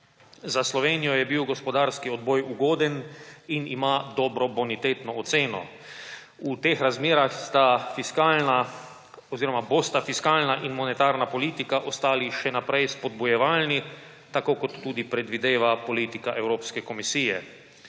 Za Slovenijo je bil gospodarski odboj ugoden in ima dobro bonitetno oceno. V teh razmerah bosta fiskalna in monetarna politika ostali še naprej spodbujevalni, tako kot tudi predvideva politika Evropske komisije.